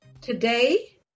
Today